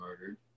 murdered